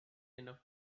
enough